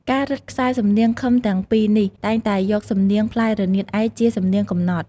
ការរឹតខ្សែសំនៀងឃឹមទាំងពីរនេះ តែងតែយកសំនៀងផ្លែរនាតឯកជាសំនៀងកំណត់។